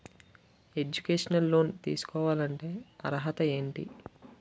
Educational loan తీసుకోవాలంటే అర్హత ఏంటి?